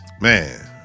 Man